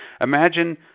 Imagine